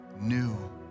new